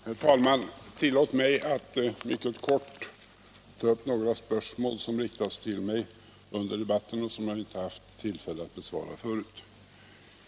Herr talman! Tillåt mig att mycket kort ta upp några spörsmål som riktats till mig under debatten och som jag inte har haft tillfälle att besvara förut.